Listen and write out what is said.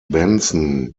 benson